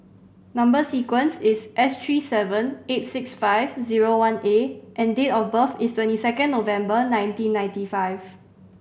number sequence is S three seven eight six five zero one A and date of birth is twenty second November nineteen ninety five